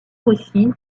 aussi